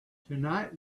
tonight